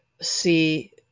see